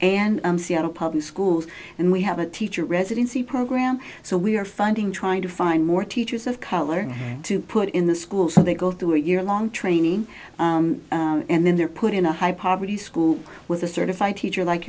and seattle public schools and we have a teacher residency program so we are funding trying to find more teachers of color to put in the school so they go through a year long training and then you're put in a high poverty school with a certified teacher like